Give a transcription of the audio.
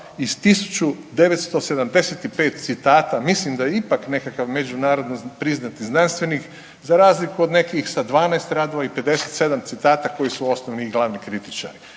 iz 1975 citata, mislim da je ipak nekakav međunarodno priznati znanstvenik za razliku od nekih sa 12 radova i 57 citata koji su osnovni i glavni kritičari.